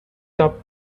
top